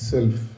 Self